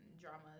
dramas